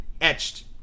etched